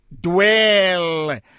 dwell